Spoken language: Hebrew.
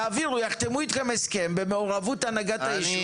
יחתמו איתכם הסכם במעורבות הנהגת היישוב,